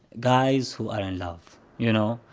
guys who are in love. you know?